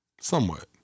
Somewhat